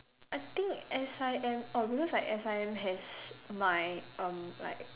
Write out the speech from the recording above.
I think S_I_M uh because like S_I_M has my um like